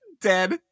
dead